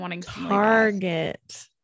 Target